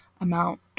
amount